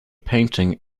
painting